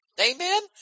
Amen